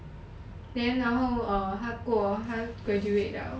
then 然后 err 他过他 graduate liao